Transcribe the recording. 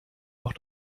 auch